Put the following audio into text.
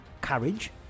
courage